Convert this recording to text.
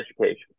education